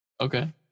Okay